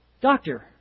doctor